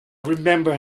remember